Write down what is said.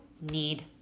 need